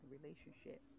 relationship